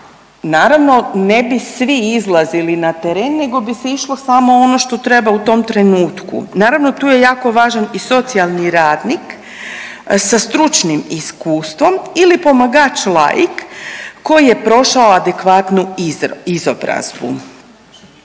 naravno ne bi svi izlazili na teren nego bi se išlo samo ono što treba u tom trenutku. Naravno tu je jako važan i socijalni radnik sa stručnim iskustvom ili pomagač laik koji je prošao adekvatnu izobrazbu.